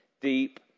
deep